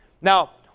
Now